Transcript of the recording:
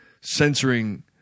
censoring